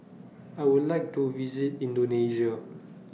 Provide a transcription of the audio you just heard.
I Would like to visit Indonesia